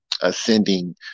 ascending